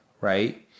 right